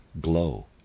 glow